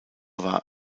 war